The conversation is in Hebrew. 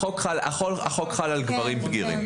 החוק חל על גברים בגירים.